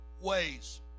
ways